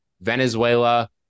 Venezuela